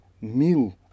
meal